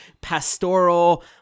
pastoral